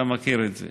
אתה מכיר את זה